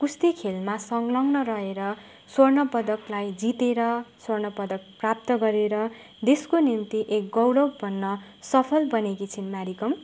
कुस्ती खेलमा संलग्न रहेर स्वर्ण पदकलाई जितेर स्वर्ण पदक प्राप्त गरेर देशको निम्ति एक गौरव बन्न सफल बनेकी छिन् म्यारी कम